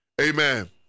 Amen